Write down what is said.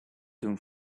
doen